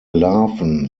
larven